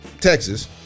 Texas